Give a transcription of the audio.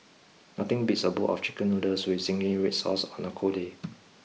nothing beats a bowl of Chicken Noodles with Zingy Red Sauce on a cold day